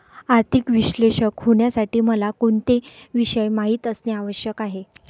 आर्थिक विश्लेषक होण्यासाठी मला कोणते विषय माहित असणे आवश्यक आहे?